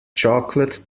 chocolate